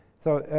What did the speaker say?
so,